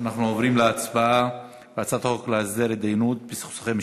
אנחנו עוברים להצבעה על הצעת חוק להסדר התדיינות בסכסוכי משפחה,